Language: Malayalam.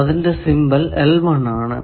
അതിന്റെ സിംബൽ ആണ്